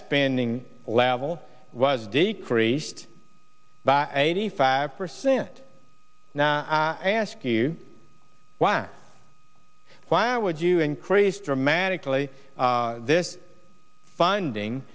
spending level was decreased by eighty five percent now i ask you why why would you increase dramatically this funding